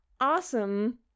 awesome